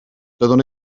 doeddwn